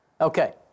Okay